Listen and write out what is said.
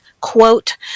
quote